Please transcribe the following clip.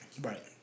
Right